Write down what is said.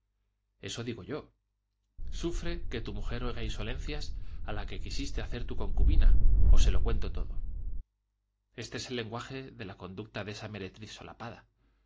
eso digo yo sufre que tu mujer oiga insolencias a la que quisiste hacer tu concubina o se lo cuento todo este es el lenguaje de la conducta de esa meretriz solapada